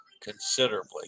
considerably